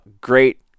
great